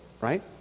right